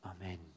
Amen